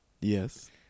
Yes